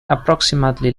approximately